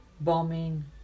bombing